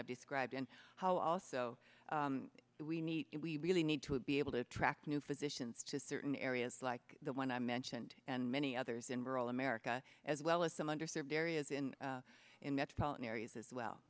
i've described and how also we need it we really need to be able to attract new physicians to certain areas like the one i mentioned and many others in rural america as well as some under served areas in in metropolitan areas as